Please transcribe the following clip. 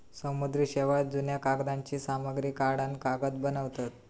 समुद्री शेवाळ, जुन्या कागदांची सामग्री काढान कागद बनवतत